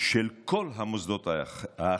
של כל המוסדות האחרים,